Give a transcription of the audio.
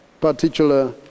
particular